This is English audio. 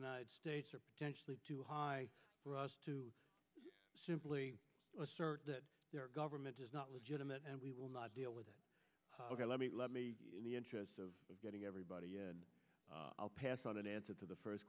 united states are potentially too high for us to simply assert that governor it is not legitimate and we will not deal with it ok let me let me in the interests of getting everybody and i'll pass on an answer to the first